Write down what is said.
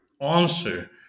answer